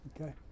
Okay